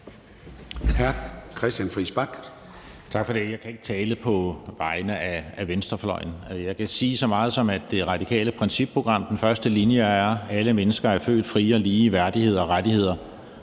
Tak for det. Jeg kan ikke tale på vegne af venstrefløjen. Jeg kan sige så meget, som at den første linje i det radikale principprogram er: Alle mennesker er født frie og lige i værdighed og rettigheder